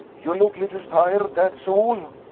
you look little tired, dat's all! anna